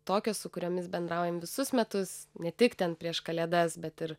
tokios su kuriomis bendraujam visus metus ne tik ten prieš kalėdas bet ir